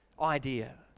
idea